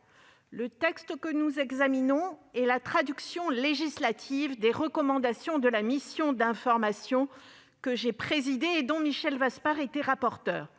Le texte que nous examinons est la traduction législative des recommandations de la mission d'information que j'ai présidée, et dont Michel Vaspart était rapporteur.